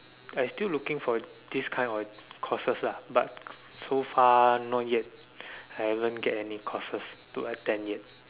I still looking for this kind of courses lah but so far not yet I haven't get any courses to attend yet